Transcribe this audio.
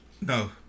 No